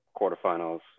quarterfinals